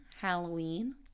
Halloween